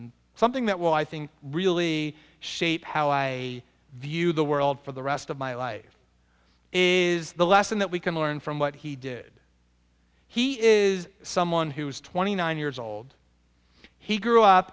and something that will i think really shape how i view the world for the rest of my life is the lesson that we can learn from what he did he is someone who is twenty nine years old he grew up